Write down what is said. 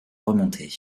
remonter